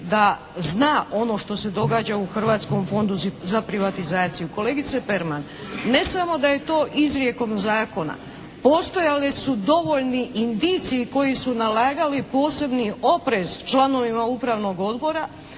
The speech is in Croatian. da zna ono što se događa u Hrvatskom fondu za privatizaciju. Kolegice Perman ne samo da je to izrijekom zakona, postojali su dovoljni indiciji koji su nalagali posebni oprez članovima Upravnog odbora,